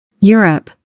Europe